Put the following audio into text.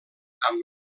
amb